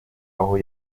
aho